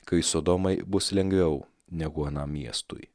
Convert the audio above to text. kai sodomai bus lengviau negu anam miestui